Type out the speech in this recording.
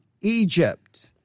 Egypt